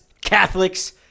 Catholics